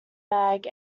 mag